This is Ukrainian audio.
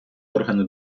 органи